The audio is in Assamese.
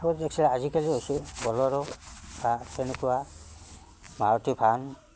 বহুত টেক্সি আজিকালি হৈছে বলেৰ বা তেনেকুৱা মাৰুতি ভান